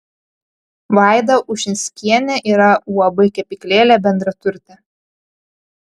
vaida ušinskienė yra uab kepyklėlė bendraturtė